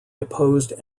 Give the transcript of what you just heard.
deposed